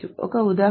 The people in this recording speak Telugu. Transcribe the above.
ఒక ఉదాహరణ